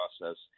process